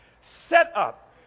setup